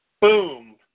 Boom